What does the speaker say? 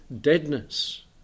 deadness